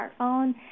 smartphone